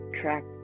track